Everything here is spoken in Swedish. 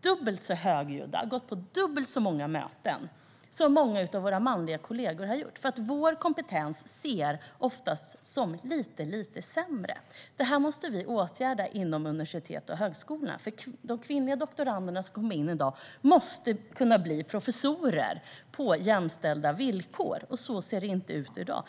dubbelt så högljudda och gått på dubbelt så många möten som många av våra manliga kollegor har gjort. Vår kompetens ses oftast som lite sämre. Det måste vi åtgärda inom universiteten och högskolorna. Dagens kvinnliga doktorander måste kunna bli professorer på jämställda villkor. Så ser det inte ut i dag.